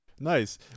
Nice